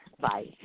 Bye